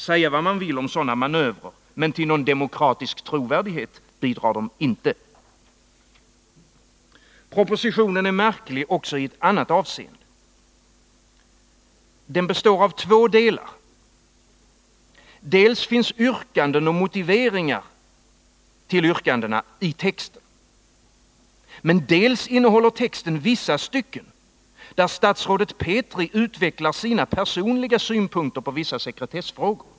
Säga vad man vill om sådana manövrer, men till någon demokratisk trovärdighet bidrar de inte. Propositionen är märklig också i ett annat avseende. Den består av två delar. Dels finns yrkanden och motiveringar till dessa i texten. Dels innehåller texten vissa stycken, där statsrådet Petri utvecklar sina personliga synpunkter på vissa sekretessfrågor.